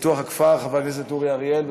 ופיתוח הכפר, חבר הכנסת אורי אריאל.